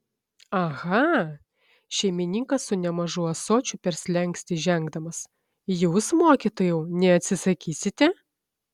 aha šeimininkas su nemažu ąsočiu per slenkstį žengdamas jūs mokytojau neatsisakysite